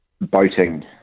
boating